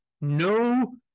no